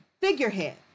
figurehead